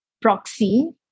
proxy